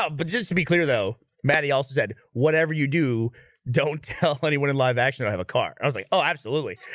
ah but just to be clear though maddy also said whatever you do don't tell anyone in live action i have a car i was like oh absolutely